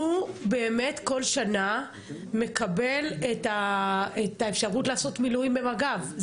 שהוא באמת כל שנה מקבל את האפשרות לעשות מילואים במג"ב,